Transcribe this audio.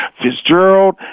Fitzgerald